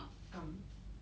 um